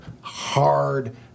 hard